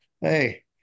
hey